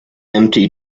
empty